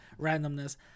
randomness